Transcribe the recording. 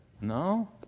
No